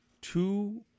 two